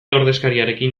ordezkariarekin